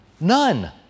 None